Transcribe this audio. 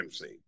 MC